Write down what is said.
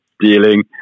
Dealing